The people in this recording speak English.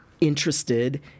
interested